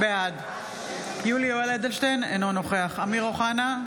בעד יולי יואל אדלשטיין, אינו נוכח אמיר אוחנה,